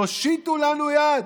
תושיטו לנו יד,